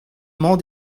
mañ